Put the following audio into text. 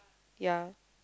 ya